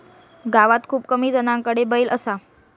गावात खूप कमी जणांकडे बैल असा